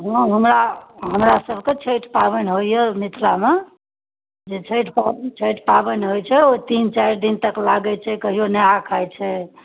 हँ हमरा हमरा सबके छठि पाबनि होइया मिथिलामे जे छठि पाबनि छठि पाबनि होइत छै ओ तीन चारि दिन तक लागैत छै कहियो नहाय खाय छै